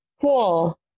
Cool